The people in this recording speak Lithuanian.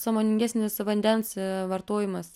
sąmoningesnis vandens vartojimas